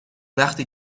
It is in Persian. وقتی